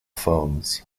phones